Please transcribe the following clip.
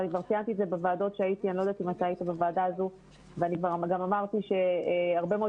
וכבר ציינתי את זה בוועדות הייתי ואמרתי שהרבה מאוד